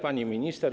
Pani Minister!